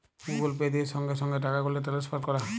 Google Pay দিয়ে সংগে সংগে টাকাগুলা টেলেসফার ক্যরা